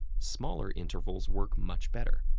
smaller intervals work much better.